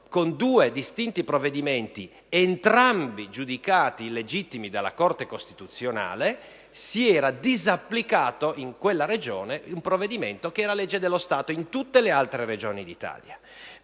con due distinti provvedimenti, entrambi giudicati illegittimi dalla Corte costituzionale, aveva disapplicato in quella Regione un provvedimento che era legge dello Stato in tutte le altre Regioni d'Italia.